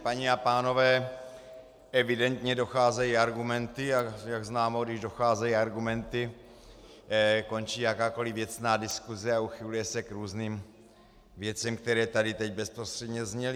Paní a pánové, evidentně docházejí argumenty, a jak známo, když docházejí argumenty, končí jakákoli věcná diskuse a uchyluje se k různým věcem, které tady teď bezprostředně zněly.